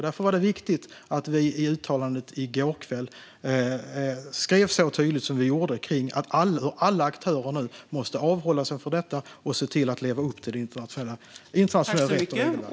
Därför var det viktigt att vi i uttalandet i går kväll skrev så tydligt som vi gjorde att alla aktörer nu måste avhålla sig från detta och se till att leva upp till internationell rätt och internationella regelverk.